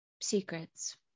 Secrets